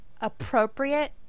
appropriate